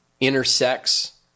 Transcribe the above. intersects